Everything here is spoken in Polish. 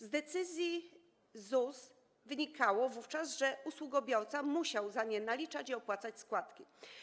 Z decyzji ZUS wynikało wówczas, że usługobiorca musiał za nie naliczać i opłacać składki.